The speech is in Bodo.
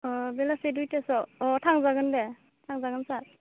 अ बेलासे दुइथासोआव अ थांजागोनदे थांजागोन सार